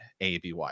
ABY